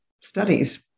studies